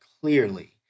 clearly